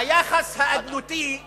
היחס האדנותי שלכם,